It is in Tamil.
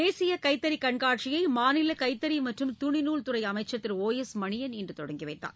தேசியகைத்தறிகண்காட்சியைமாநிலகைத்தறிமற்றும் துணிநூல் துறைஅமைச்சர் திரு ஒ எஸ் மணியன் இன்றுதொடங்கிவைத்தார்